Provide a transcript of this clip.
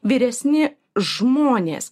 vyresni žmonės